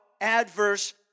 adverse